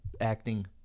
acting